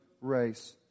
race